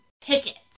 tickets